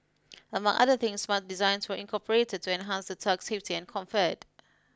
among other things smart designs were incorporated to enhance the tug's safety and comfort